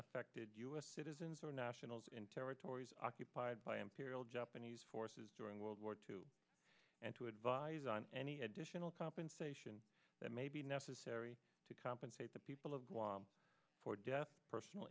affected us citizens or nationals in territories occupied by imperial japanese forces during world war two and to advise on any additional compensation that may be necessary to compensate the people of guam for death personal